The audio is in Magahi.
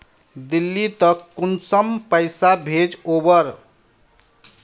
दिल्ली त कुंसम पैसा भेज ओवर?